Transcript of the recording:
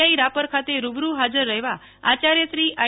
આઈ રાપર ખાતે રૂબરૂ હાજર રહેવા આચાર્યશ્રી આઇ